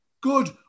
Good